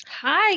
Hi